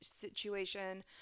situation